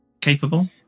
capable